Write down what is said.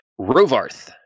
Rovarth